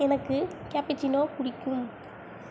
எனக்கு கேப்பிச்சினோ பிடிக்கும்